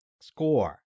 score